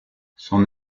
son